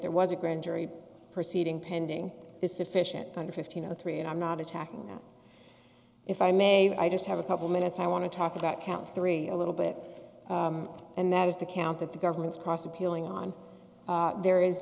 there was a grand jury proceeding pending is sufficient under fifteen zero three and i'm not attacking that if i may i just have a couple minutes i want to talk about count three a little bit and that is the count of the government's cross appealing on there is